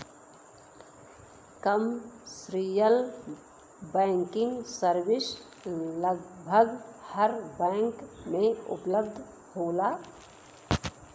commercial banking service लगभग हर bank में उपलब्ध होला